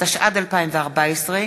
התשע"ד 2014,